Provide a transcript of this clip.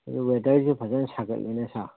ꯑꯗꯨ ꯋꯦꯗꯔꯁꯤ ꯐꯖꯅ ꯁꯥꯒꯠꯂꯤꯅꯦ ꯁꯥꯔ